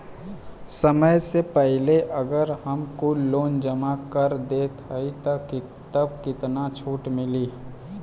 समय से पहिले अगर हम कुल लोन जमा कर देत हई तब कितना छूट मिली?